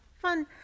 fun